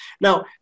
Now